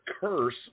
curse